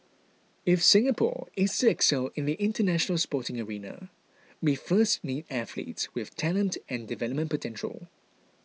if Singapore is excel in the International Sporting arena we first need athletes with talent and development potential